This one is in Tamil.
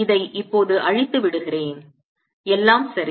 இதை இப்போது அழித்து விடுகிறேன் எல்லாம் சரி